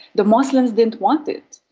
the muslims didn't want it.